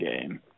game